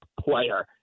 player